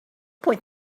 point